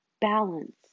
balance